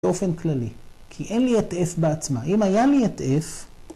באופן כללי כי אין לי את f בעצמה אם היה לי את f.